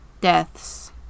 Deaths